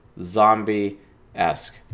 Zombie-esque